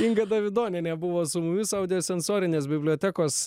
inga davidonienė buvo su mumis audė sensorinės bibliotekos